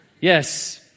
Yes